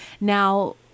Now